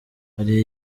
hari